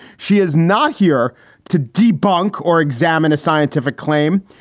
she is not here to debunk or examine a scientific claim.